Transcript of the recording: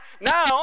now